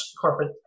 corporate